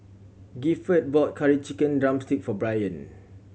Gifford bought Curry Chicken drumstick for Brian